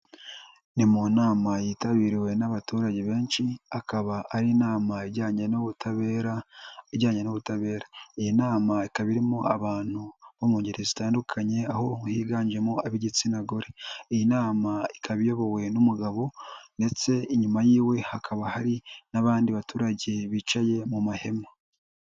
Ni mu nama yitabiriwe n'abaturage benshi, akaba ari inama ijyanye n'ubutabera, iyi nama ikaba irimo abantu bo mu ngeri zitandukanye, aho higanjemo ab'igitsina gore, iyi nama ikaba iyobowe n'umugabo ndetse inyuma y'iwe hakaba hari n'abandi baturage bicaye mu mahema.